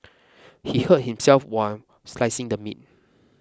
he hurt himself while slicing the meat